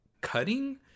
cutting